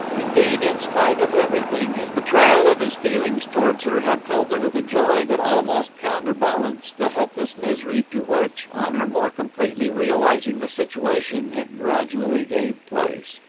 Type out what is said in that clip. indeed, in spite of everything, his betrayal of his feelings towards her had filled her with a joy that almost counterbalanced the hopeless misery to which, on her more completely realizing the situation, it gradually gave place.